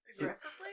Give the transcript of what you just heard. aggressively